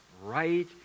right